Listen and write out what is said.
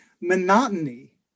monotony